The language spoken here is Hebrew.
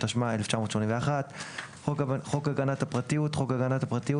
התשמ"א 1981; "חוק הגנת הפרטיות" חוק הגנת הפרטיות,